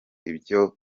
ibyo